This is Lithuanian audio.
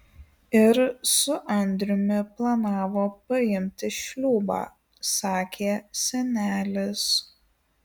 ir su andriumi planavo paimti šliūbą sakė senelis